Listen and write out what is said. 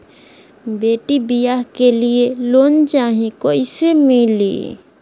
बेटी ब्याह के लिए लोन चाही, कैसे मिली?